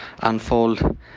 unfold